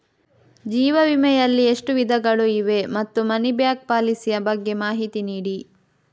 ಜೀವ ವಿಮೆ ಯಲ್ಲಿ ಎಷ್ಟು ವಿಧಗಳು ಇವೆ ಮತ್ತು ಮನಿ ಬ್ಯಾಕ್ ಪಾಲಿಸಿ ಯ ಬಗ್ಗೆ ಮಾಹಿತಿ ನೀಡಿ?